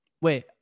Wait